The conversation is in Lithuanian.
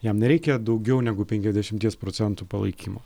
jam nereikia daugiau negu penkiasdešimties procentų palaikymo